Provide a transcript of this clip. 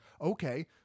Okay